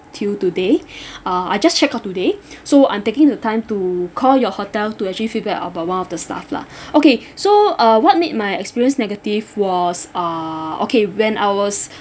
till today uh I just check out today so I'm taking the time to call your hotel to actually feedback about one of the staff lah okay so uh what made my experience negative was uh okay when I was